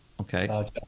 Okay